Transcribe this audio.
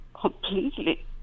completely